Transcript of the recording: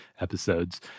episodes